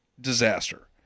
disaster